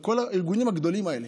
את כל הארגונים הגדולים האלה